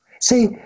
See